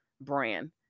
brand